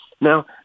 Now